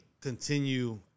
continue